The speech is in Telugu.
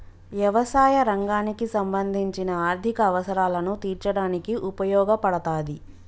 యవసాయ రంగానికి సంబంధించిన ఆర్ధిక అవసరాలను తీర్చడానికి ఉపయోగపడతాది